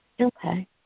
Okay